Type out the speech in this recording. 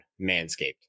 Manscaped